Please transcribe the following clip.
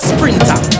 Sprinter